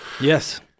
yes